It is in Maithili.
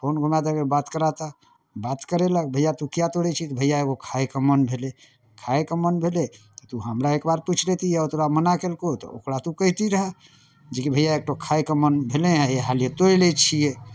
फोन घुमा देलक बात करा तऽ बात करेलक भैया तोँ कियएक तोड़ै छिही तऽ भैया एगो खायके मन भेलै खायके मन भेलै तऽ तोँ हमरा एक बार पूछि लैतिही तोरा एक बार मना कयलकौ तऽ ओकरा तोँ कहितिही रहए जे कि भैया एगो खायके मन भेलै हेँ एहि हालि तोड़ि लै छियै